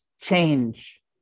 change